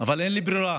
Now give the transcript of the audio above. אבל אין לי ברירה.